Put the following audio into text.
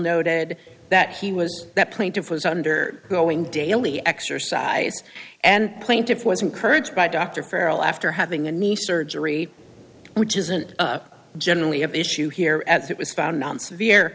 noted that he was that plaintiff was under growing daily exercise and plaintiff was encouraged by dr feral after having a knee surgery which isn't generally of issue here as it was found on sever